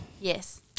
Yes